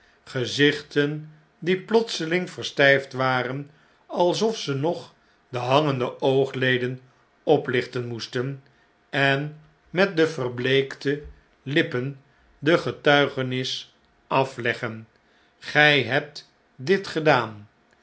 gezichten die plotseling verstijfd waren alsof ze nog de hangetide oogleden oplichten moesten en met de verbleekte lippen de getuigenis afieggen gn hebt dit gedaan